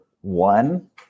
One